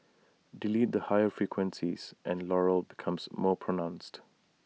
delete the higher frequencies and Laurel becomes more pronounced